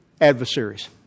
adversaries